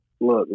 look